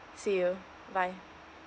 see you bye bye